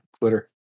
Twitter